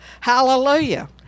hallelujah